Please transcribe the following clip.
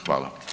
Hvala.